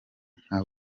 nka